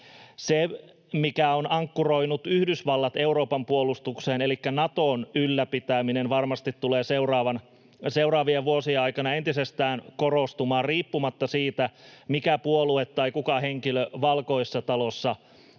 Se, mikä on ankkuroinut Yhdysvallat Euroopan puolustukseen, elikkä Naton ylläpitäminen, varmasti tulee seuraavien vuosien aikana entisestään korostumaan riippumatta siitä, mikä puolue tai kuka henkilö Valkoisessa talossa tulee